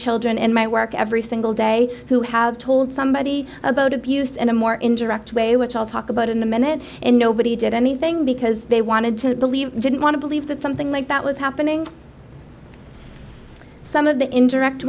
children in my work every single day who have told somebody about abuse in a more interact way which i'll talk about in a minute and nobody did anything because they wanted to believe didn't want to believe that something like that was happening some of the indirect